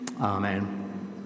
Amen